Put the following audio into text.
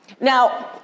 Now